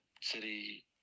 city